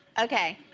okay.